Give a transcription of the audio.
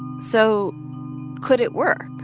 so could it work?